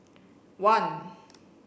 one